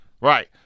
Right